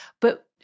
But-